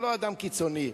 אתה לא אדם קיצוני.